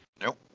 Nope